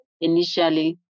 Initially